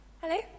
hello